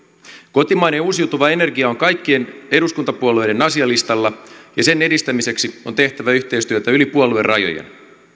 kotimainen uusiutuva energia on kaikkien eduskuntapuolueiden asialistalla ja sen edistämiseksi on tehtävä yhteistyötä yli puoluerajojen